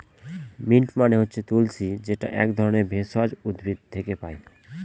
mint মানে হচ্ছে তুলশী যেটা এক ধরনের ভেষজ উদ্ভিদ থেকে পায়